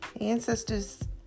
Ancestors